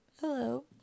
Hello